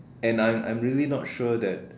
and and I'm really not sure that